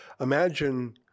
Imagine